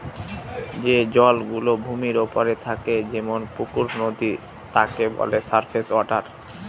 যে জল গুলো ভূমির ওপরে থাকে যেমন পুকুর, নদী তাকে বলে সারফেস ওয়াটার